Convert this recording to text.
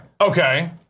okay